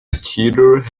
tudor